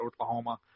Oklahoma